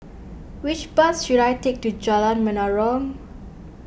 which bus should I take to Jalan Menarong